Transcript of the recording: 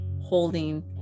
holding